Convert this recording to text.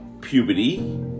puberty